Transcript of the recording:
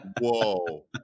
Whoa